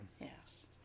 Yes